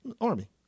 Army